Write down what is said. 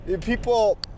People